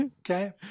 Okay